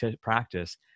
practice